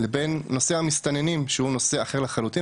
לבין נושא המסתננים שהוא נושא אחר לחלוטין,